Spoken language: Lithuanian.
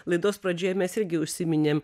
laidos pradžioje mes irgi užsiminėm